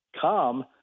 come